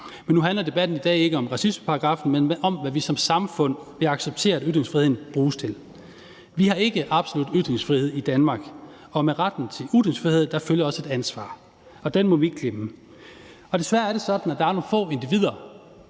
Men nu handler debatten i dag ikke om racismeparagraffen, men om, hvad vi som samfund vil acceptere at ytringsfriheden bruges til. Vi har ikke absolut ytringsfrihed i Danmark, og med retten til ytringsfrihed følger også et ansvar. Det må vi ikke glemme, og desværre er det sådan, at der er nogle få individer,